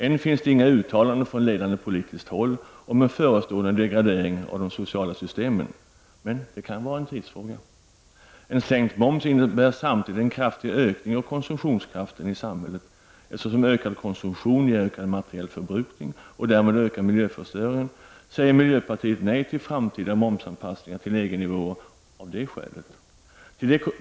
Än finns det inga uttalanden från ledande politiskt håll om en förestående degradering av de sociala systemen. Det är troligen bara en tidsfråga. En sänkt moms innebär samtidigt en kraftig ökning av konsumtionskraften i samhället. Eftersom ökad konsumtion ger ökad materiell förbrukning och därmed ökar miljöförstöringen, säger miljöpartiet nej till en framtida momsanpassning till EG-nivåer också av det skälet.